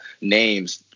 names